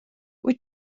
wyt